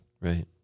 Right